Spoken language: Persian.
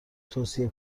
توصیه